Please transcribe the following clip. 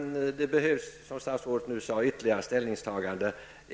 Men det behövs, som statsrådet nu sade, ytterligare ställningstaganden.